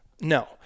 No